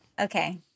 Okay